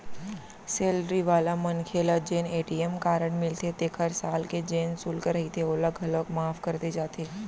salary वाला मनखे ल जेन ए.टी.एम कारड मिलथे तेखर साल के जेन सुल्क रहिथे ओला घलौक माफ कर दे जाथे